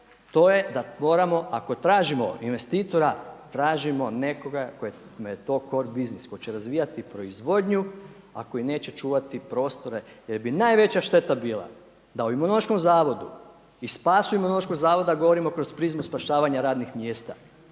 to je da moramo, ako tražimo investitora, tražimo nekoga kome je to cor business, tko će razvijati proizvodnju a koji neće čuvati prostore jer bi najveća šteta bila da u Imunološkom zavodu i spas Imunološkog zavoda, govorimo kroz prizmu spašavanja radnih mjesta,